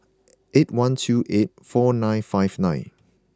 eight one two eight four nine five nine